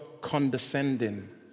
condescending